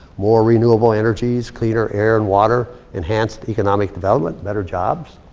more renewable energies, cleaner air and water, enhanced economic development, better jobs.